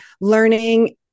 learning